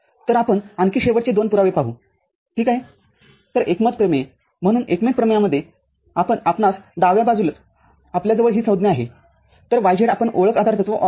तरआपण आणखी शेवटचे दोन पुरावे पाहू ठीक आहे तरएकमतप्रमेय म्हणून एकमत प्रमेयामध्ये आपणास डाव्या बाजूस आपल्याजवळ ही संज्ञा आहेतर y z आपण ओळख आधारतत्व वापरतो